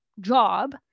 job